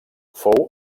fou